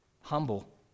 Humble